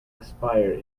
expire